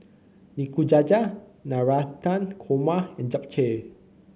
Nikujaga Navratan Korma and Japchae